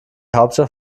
hauptstadt